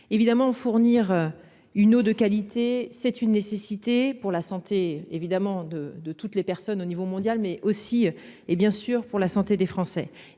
Évidemment fournir une eau de qualité, c'est une nécessité pour la santé évidemment de de toutes les personnes au niveau mondial mais aussi et bien sûr pour la santé des Français